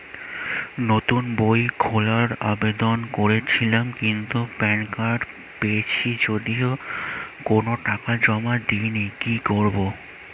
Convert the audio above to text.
নতুন বই খোলার আবেদন করেছিলাম কিন্তু প্যান কার্ড পেয়েছি যদিও কোনো টাকা জমা দিইনি কি করব?